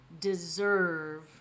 deserve